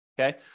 okay